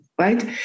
right